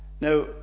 Now